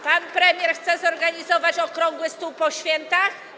Pan premier chce zorganizować okrągły stół po świętach?